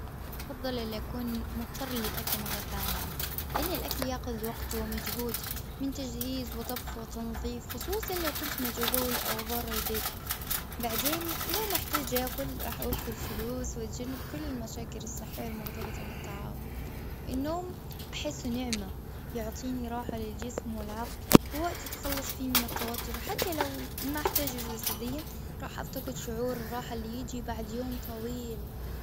أنا بفضل الأ أكون مضطر للأكل مرة ثانية. لأن الأكل يأخذ وقته ومجهود من تجهيز وطبخ وتنظيف خصوصا لو كنت مشغول أو برا البيت بعدين لو محتاج أكل راح أوفر فلوس وتجنب كل المشاكل الصحية المرتبطة بالتعب. النوم بحس نعمة يعطي راحة للجسم والعقل ووقت تتخلص فيه من التوتر وحتى لو ما أحتاجه جسديا راح أعتقد شعور الراحة اللي يجي بعد يوم طويل.